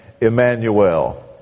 Emmanuel